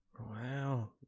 Wow